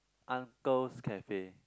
uncle's cafe